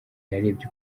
narebye